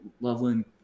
Loveland